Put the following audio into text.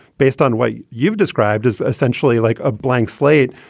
based on what you've described, as essentially like a blank slate.